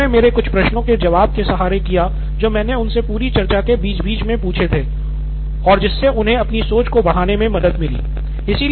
यह उन्होंने मेरे कुछ प्रश्नों के जवाब के सहारे किया जो मैंने उनसे पूरी चर्चा के बीच बीच में पूछे थे और जिससे उन्हें अपनी सोच को बढ़ाने में मदद मिली